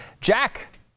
Jack